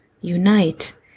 unite